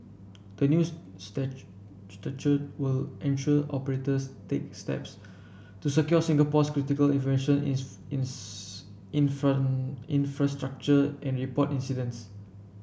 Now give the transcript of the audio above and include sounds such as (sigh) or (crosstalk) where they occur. the new (unintelligible) statute will ensure operators take steps to secure Singapore's critical information (unintelligible) infrastructure and report incidents